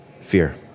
fear